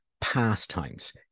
pastimes